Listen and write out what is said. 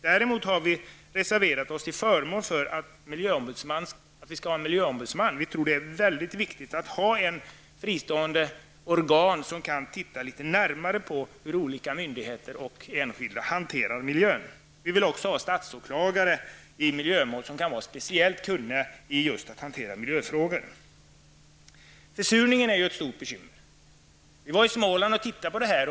Däremot har vi reserverat oss till förmån för att vi skall ha en miljöombudsman. Vi tror att det är mycket viktigt att ha ett fristående organ som kan titta litet närmare på hur olika myndigheter och enskilda hanterar miljön. Vi vill också ha statsåklagare i miljömål, som kan vara speciellt kunniga i att just hantera miljöfrågor. Försurningen är ett annat stort bekymmer. Vi var i Småland och tittade på det här.